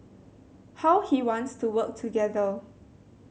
how he wants to work together